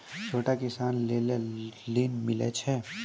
छोटा किसान लेल ॠन मिलय छै?